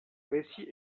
récit